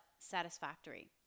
satisfactory